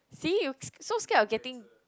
see you so so scared of getting